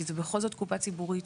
כי זו בכל זאת קופה ציבורית,